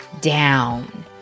down